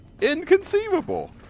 Inconceivable